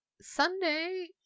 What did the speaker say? Sunday